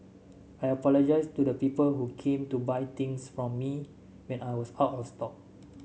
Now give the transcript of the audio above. I apologise to the people who came to buy things from me when I was out of stock